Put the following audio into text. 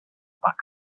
back